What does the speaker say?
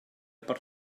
per